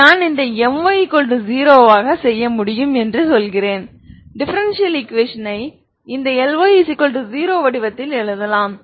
எனவே நான் இந்த My0 செய்ய முடியும் என்று சொல்கிறேன் டிஃபரெண்சியல் ஈகுவேஷன் ஐ இந்த Ly 0 வடிவத்தில் எழுதலாம்